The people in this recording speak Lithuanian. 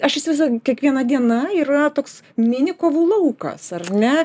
aš įsivaizduoju kiekviena diena yra toks mini kovų laukas ar ne